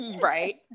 right